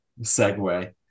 segue